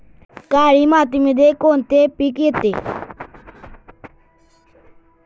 काळी मातीमध्ये कोणते पिके येते?